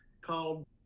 called